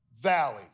valley